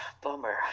Bummer